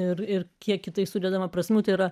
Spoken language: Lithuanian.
ir ir kiek kitaip sudedama prasmukti yra